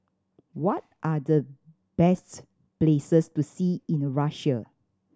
what are the best places to see in Russia